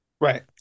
right